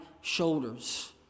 shoulders